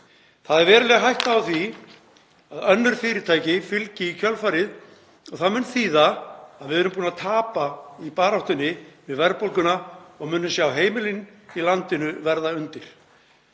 Það er veruleg hætta á því að önnur fyrirtæki fylgi í kjölfarið og það mun þýða að við erum búin að tapa í baráttunni við verðbólguna og munum sjá heimilin í landinu verða undir.